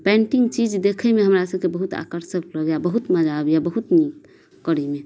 painting चीज देखैमे हमरा सभके बहुत आकर्षक लगैया बहुत मजा आबैया बहुत नीक करैमे